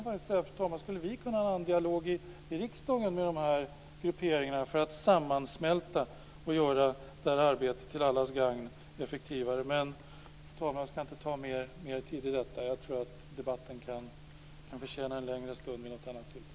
Skulle vi i riksdagen kunna ha en dialog med de här grupperna för att sammansmälta och göra det här arbetet till allas gagn effektivare? Fru talman! Jag skall inte ta mer tid till detta. Ämnet förtjänar en längre debatt vid något annat tillfälle.